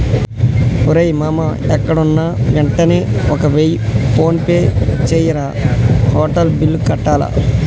రేయ్ మామా ఎక్కడున్నా యెంటనే ఒక వెయ్య ఫోన్పే జెయ్యిరా, హోటల్ బిల్లు కట్టాల